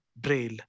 Braille